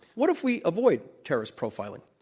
what if we avoid terrorist profiling?